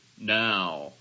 now